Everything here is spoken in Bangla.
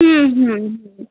হুম হুম হুম